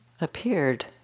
appeared